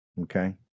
Okay